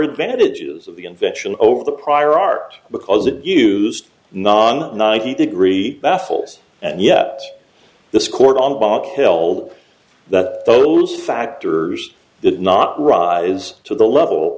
advantages of the invention over the prior art because it used non ninety degree baffles and yet this court on bach held that those factors did not rise to the level